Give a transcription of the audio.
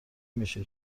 میشه